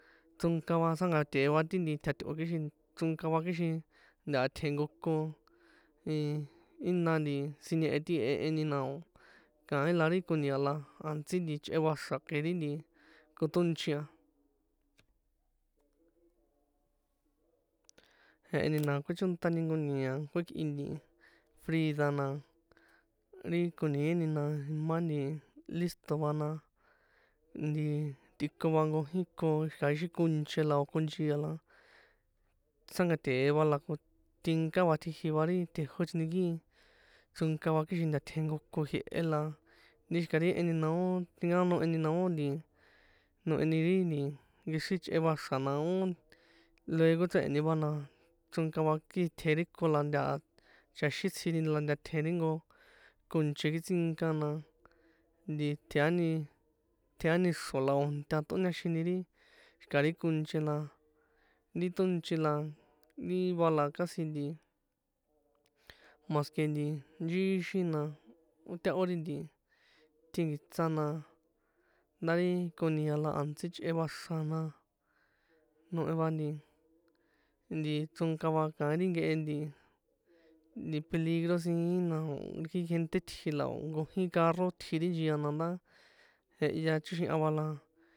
Chronka va tsjankate̱e va ti nti tja̱tꞌo̱, kixin chronka va kixin ntaha itjen nko ko ii jína siñehe ti jeheni, na o̱ kaín la ri koni̱a̱ la antsi nti ichꞌe va ixra̱ ke ri kotónchi a, jeheni na kuechóntani jnko ni̱a̱ kuekꞌin nti frida na, ri koniéni na imán nti listo va na, nti tꞌikon va nkojín iko xika ixí konche la o̱ konchi̱a la tjsankate̱e va la ko tinká va tjiji va ri tjejochoni kii chronka va kixin nta tjen jnko ko jie̱he, la ri xika ri jeheni na ó tinkaonoheni na ó nti noheni ri nti nkexrí chꞌe va ixra̱ na ó luego chréhe̱ni va na, chrónka va kii tjen ri ko la ntaha chaxin tsjini la nta tjen ri nko konche kjitsínka, na nti tjeani, tjeani xro̱ la o̱ nta tꞌóñáxini ri xika ri konche na, ri tónchi la ri va a la casi nti más ke nti nchixin na ó tahó ri nti tjínki̱tsa na, ndá ri koni̱a̱ la a̱ntsí chꞌe va xra̱ na, nohe va nti, nti chronka va kaín ri nkehe nti, nti peligro sin, na o̱ ri jente itji la o̱ nkojín carro tji ri nchia nandá jehya choxiha va la.